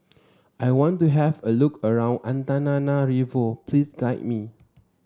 I want to have a look around Antananarivo please guide me